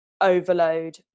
overload